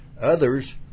others